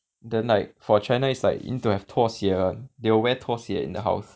the like for China it's like you need to have 拖鞋 [one] they will wear 拖鞋 in the house